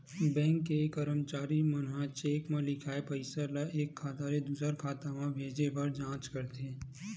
bank के करमचारी मन ह चेक म लिखाए पइसा ल एक खाता ले दुसर खाता म भेजे बर जाँच करथे